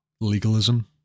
legalism